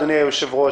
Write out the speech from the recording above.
אדוני היושב-ראש,